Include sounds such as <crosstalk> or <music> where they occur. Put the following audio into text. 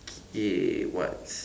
<noise> eh what's